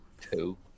Two